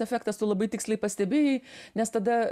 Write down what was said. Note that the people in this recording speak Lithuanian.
efektas tu labai tiksliai pastebėjai nes tada